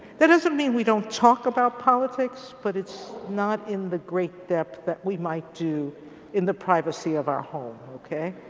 that doesn't mean we don't talk about politics, but it's not in the great depth that we might do in the privacy of our home, ok.